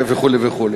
וכו'.